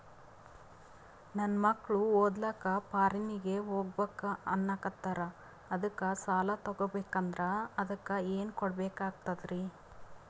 ನನ್ನ ಮಕ್ಕಳು ಓದ್ಲಕ್ಕ ಫಾರಿನ್ನಿಗೆ ಹೋಗ್ಬಕ ಅನ್ನಕತ್ತರ, ಅದಕ್ಕ ಸಾಲ ತೊಗೊಬಕಂದ್ರ ಅದಕ್ಕ ಏನ್ ಕೊಡಬೇಕಾಗ್ತದ್ರಿ?